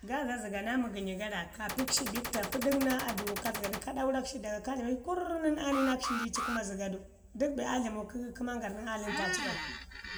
Gaaza zəga naa məgənyi gara ka pikshi bikto pəɗək naa adumau ka ɗaurak shi daga ka dlamik shi kwa nən aa ni nakshi ii gi ci kuma zəga duə dək be aa dlamau kə kə mangarin nən aa limta ci bai